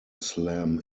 slam